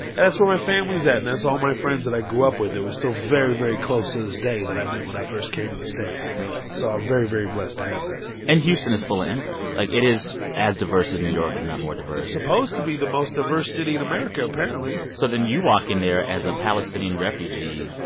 and that's where my family's at, and that's all my friends that i grew up with there. we're still very, very close to this day that i met when i first came to the states yeah so i'm very, very blessed to have that and houston is full of immigrants. like, it is as diverse as new york, if not more diverse it's supposed to be the most diverse city in america, apparently so then you walk in there as a palestinian refugee.